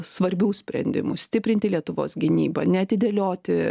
svarbių sprendimų stiprinti lietuvos gynybą neatidėlioti